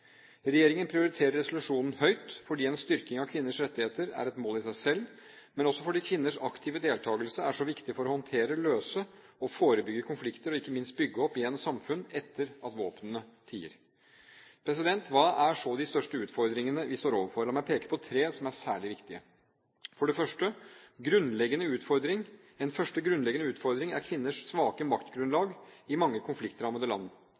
Regjeringen prioriterer resolusjonen høyt fordi en styrking av kvinners rettigheter er et mål i seg selv, men også fordi kvinners aktive deltakelse er så viktig for å håndtere, løse og forebygge konflikter og ikke minst bygge opp igjen samfunn etter at våpnene tier. Hva er så de største utfordringene vi står overfor? La meg peke på tre som er særlig viktige: En første grunnleggende utfordring er kvinners svake maktgrunnlag i mange konfliktrammede land.